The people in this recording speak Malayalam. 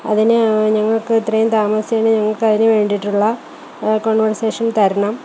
അതിന് ഞങ്ങൾക്ക് ഇത്രയും താമസിച്ചതിന് ഞങ്ങൾക്ക് അതിന് വേണ്ടിയിട്ടുള്ള കോമ്പൻസേഷൻ തരണം